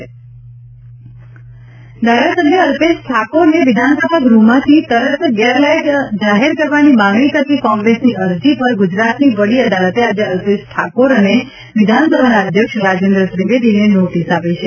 high court Alpesh ધારાસભ્ય અલ્પેશ ઠાકોરને વિધાનસભા ગૃહમાંથી તુરંત ગેરલાયક જાહેર કરવાની માગણી કરતી કોંત્રેસની અરજી ઉપર ગુજરાતની વડી અદાલતે આજે અલ્પેશ ઠાકોર અને વિધાનસભાના અધ્યક્ષ રાજેન્દ્ર ત્રિવેદીને નોટિસ આપી છે